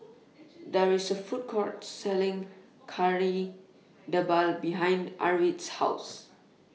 There IS A Food Court Selling Kari Debal behind Arvid's House